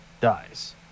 dies